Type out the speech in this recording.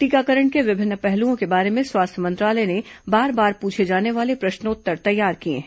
टीकाकरण के विभिन्न पहलुओं के बारे में स्वास्थ मंत्रालय ने बार बार पुछे जाने वाले प्रश्नोत्तर तैयार किये हैं